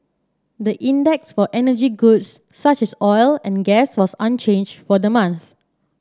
the index for energy goods such as oil and gas was unchanged for the month